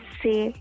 say